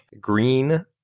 Green